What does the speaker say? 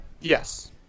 Yes